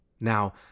Now